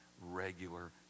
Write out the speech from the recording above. regular